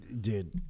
dude